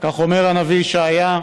כך אומר הנביא ישעיהו,